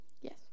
Yes